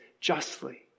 justly